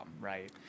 right